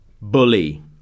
Bully